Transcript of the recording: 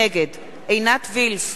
נגד עינת וילף,